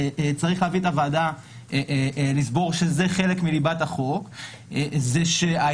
צריך להביא את הוועדה לסבור שזה חלק מליבת החוק הוא שהאיזון